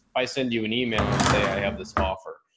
i send you an email and say i have this offer.